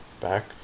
back